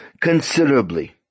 considerably